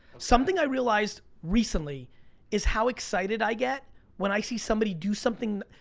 something i realized recently is how excited i get when i see somebody do something.